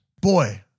boy